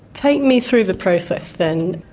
take me through the process then.